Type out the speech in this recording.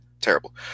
terrible